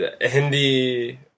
Hindi